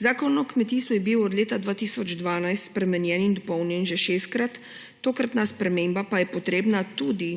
Zakon o kmetijstvu je bil od leta 2012 spremenjen in dopolnjen že šestkrat, tokratna sprememba pa je potrebna tudi